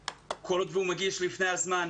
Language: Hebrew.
כל עוד הוא מגיש לפני הזמן,